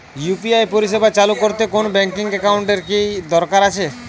UPI পরিষেবা চালু করতে কোন ব্যকিং একাউন্ট এর কি দরকার আছে?